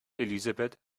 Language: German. elisabeth